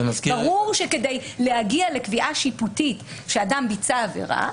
ברור שכדי להגיע לקביעה שיפוטית שאדם ביצע עבירה,